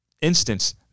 instance